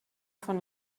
von